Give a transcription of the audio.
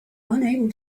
unable